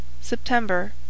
September